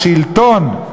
השלטון,